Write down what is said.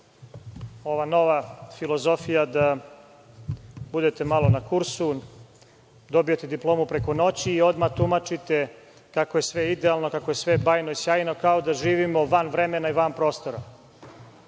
ova nova filozofija da budete malo na kursu, dobijete diplomu preko noći i odmah tumačite kako je sve idealno, kako je sve bajno i sjajno kao da živimo van vremena i van prostora. Draga